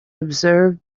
observe